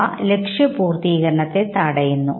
അവ ലക്ഷ്യ പൂർത്തീകരണത്ത്തെ തടയുന്നു